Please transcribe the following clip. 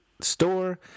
store